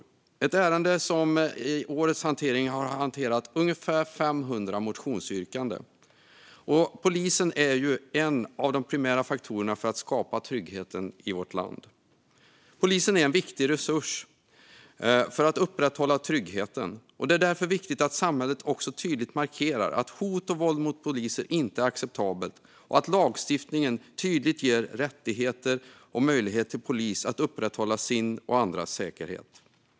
Det är ett ärende där vi i år hanterar ungefär 500 motionsyrkanden. Polisen är en av de primära faktorerna när det gäller att skapa trygghet i vårt land. Polisen är en viktig resurs för att upprätthålla tryggheten. Det är därför viktigt att samhället tydligt markerar att hot och våld mot poliser inte är acceptabelt och att lagstiftningen tydligt ger polisen rättigheter och möjligheter att upprätthålla sin och andras säkerhet.